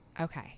Okay